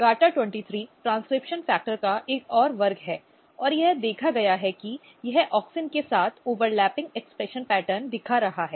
GATA23 transcription factor का एक और वर्ग है और यह देखा गया कि यह ऑक्सिन के साथ अतिव्यापी अभिव्यक्ति पैटर्न दिखा रहा है